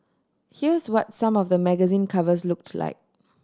here's what some of the magazine covers looked like